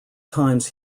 times